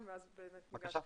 הנושא